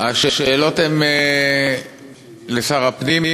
השאלות הן לשר הפנים,